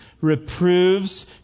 reproves